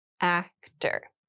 actor